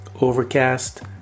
Overcast